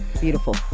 Beautiful